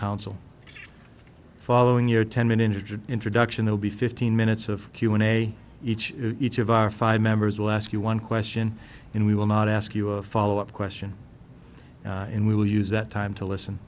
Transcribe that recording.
council following your ten minute introduction will be fifteen minutes of q and a each each of our five members will ask you one question and we will not ask you a follow up question and we will use that time to listen